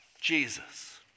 Jesus